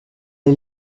est